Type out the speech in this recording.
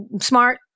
smart